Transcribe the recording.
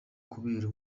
kubera